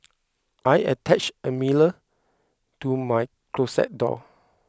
I attached a mirror to my closet door